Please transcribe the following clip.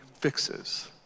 fixes